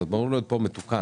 זה אמור להיות פה מתוקן.